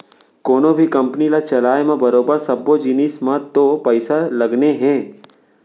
कोनों भी कंपनी ल चलाय म बरोबर सब्बो जिनिस म तो पइसा लगने हे